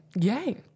Yay